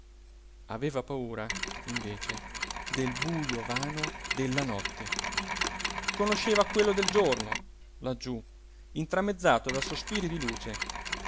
aveva paura invece del bujo vano della notte conosceva quello del giorno laggiú intramezzato da sospiri di luce